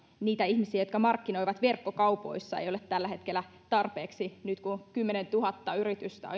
niitä ihmisiä jotka markkinoivat verkkokaupoissa ei ole tällä hetkellä tarpeeksi nyt kun kymmenentuhatta yritystä